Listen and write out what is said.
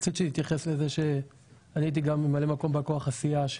רצית שנתייחס לזה שאני הייתי גם ממלא מקום בא כוח הסיעה.